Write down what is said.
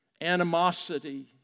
animosity